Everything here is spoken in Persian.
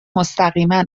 مستقیما